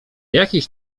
jakiejś